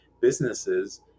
businesses